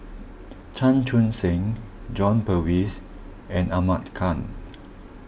Chan Chun Sing John Purvis and Ahmad Khan